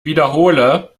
wiederhole